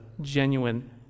genuine